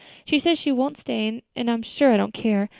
she says she won't stay and i'm sure i don't care.